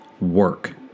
work